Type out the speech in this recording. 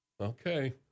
okay